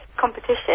competition